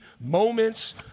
moments